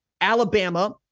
Alabama